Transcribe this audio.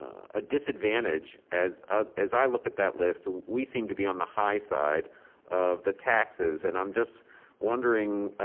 ah disadvantage. as ah as i looked at that list, we seem to be on the high side of the taxes. and i'm just wondering,